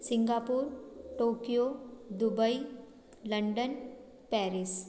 Singapore Tokyo Dubai London Paris